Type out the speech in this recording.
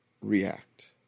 react